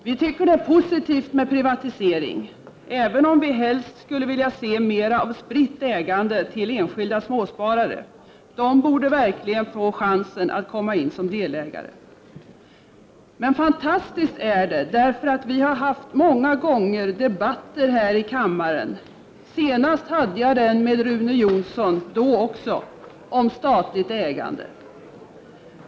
Vi tycker att det är positivt med privatisering, även om vi helst skulle vilja se mera av spritt ägande till enskilda småsparare. De borde verkligen få chansen att komma in som delägare. Fantastiskt är det, därför att vi många gånger här i kammaren har fört sådana debatter. Senast förde jag debatten med Rune Jonsson — då också — om statligt ägande.